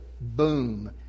boom